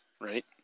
Right